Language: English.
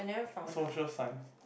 social science